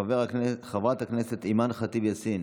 חברת הכנסת אימאן ח'טיב יאסין,